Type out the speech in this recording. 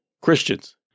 Christians